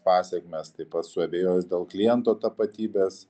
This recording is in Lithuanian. pasekmes taip pat suabejojęs dėl kliento tapatybės